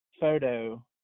photo